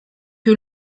que